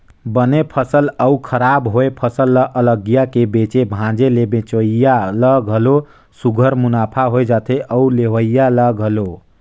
बने फसल अउ खराब होए फसल ल अलगिया के बेचे भांजे ले बेंचइया ल घलो सुग्घर मुनाफा होए जाथे अउ लेहोइया ल घलो